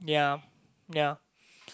yeah yeah